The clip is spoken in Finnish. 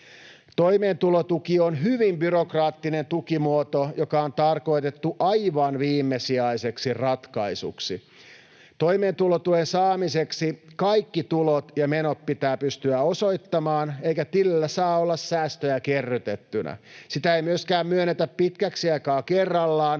Toimeentulotuki on hyvin byrokraattinen tukimuoto, joka on tarkoitettu aivan viimesijaiseksi ratkaisuksi. Toimeentulotuen saamiseksi kaikki tulot ja menot pitää pystyä osoittamaan eikä tilillä saa olla säästöjä kerrytettynä. Sitä ei myöskään myönnetä pitkäksi aikaa kerrallaan,